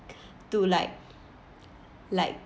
to like like